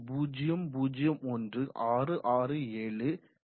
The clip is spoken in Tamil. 001667 m3s என கிடைக்கும்